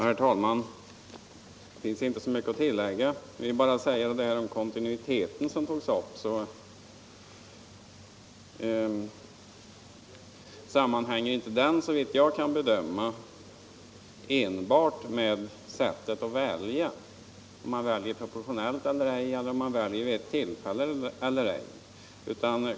Herr talman! Det finns inte mycket att tillägga. Jag vill bara i fråga om kontinuiteten, som togs upp här, säga att den enligt mitt bedömande inte sammanhänger enbart med sättet att välja huvudmän — om man väljer proportionellt eller ej eller om man väljer vid ett visst tillfälle eller ej.